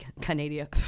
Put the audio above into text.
canada